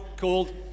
called